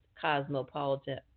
cosmopolitan